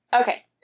Okay